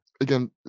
again